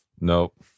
Nope